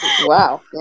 Wow